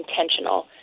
intentional